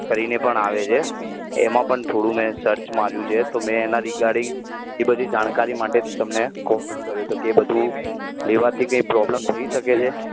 કરીને પણ આવે છે એમાં પણ થોડું મેં સર્ચ માર્યું છે તો મેં એના રીગાર્ડિંગ એ બધી જાણકારી માટે જ તમને કોલ કર્યો હતો કે એ બધું લેવાથી કંઈ પ્રૉબ્લેમ થઇ શકે છે